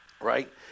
Right